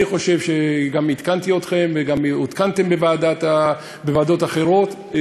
אני חושב שגם עדכנתי אתכם וגם עודכנתם בוועדות אחרות,